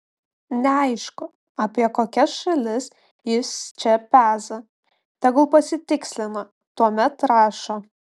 neaišku apie kokias šalis jis čia peza tegul pasitikslina tuomet rašo